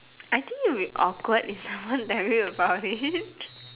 I think it'll be awkward if someone tell me about it